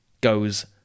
goes